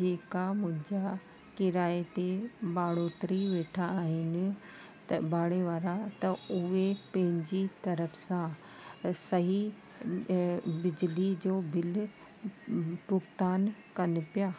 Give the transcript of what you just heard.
जेका मुंहिंजा किराए ते माण्हू तरी वेठा आहिनि त भाड़े वारा त उहे पंहिंजी तरफ सां सही बिजली जो बिल भुगतान कनि पिया